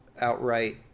outright